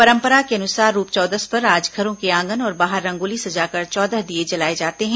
परंपरा के अनुसार रूप चौदस पर आज घरों के आंगन और बाहर रंगोली सजाकर चौदह दीये जलाए जाते हैं